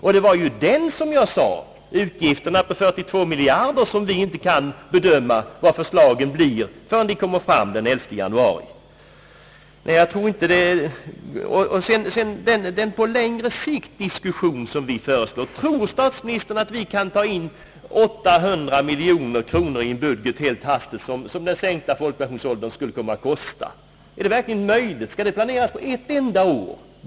Det är ju, som jag tidigare har sagt, fråga om utgifter på 42 miljarder kronor, där vi inte kan bedöma hur förslagen blir förrän efter den 11 januari. Vi föreslår en diskussion på längre sikt. Tror statsministern att vi helt hastigt kan ta in 800 miljoner kronor i en budget, vilket den sänkta folkpensionsåldern skulle komma att kosta? Skall den sänkningen verkligen genomföras på ett enda år?